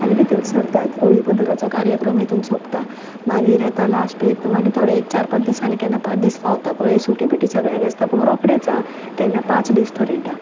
आनी भितर सरतात हळीपदराचो कार्यक्रम हेतून सोंपता मागीर येता लास्ट एक चार पांच दिसांनी केन्ना पांच दीस फावता पळय सुटी बिटी सगळ्यांक आसता पूण रोकडेंच हा तेन्ना पांच दीस थरयता